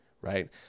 right